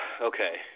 okay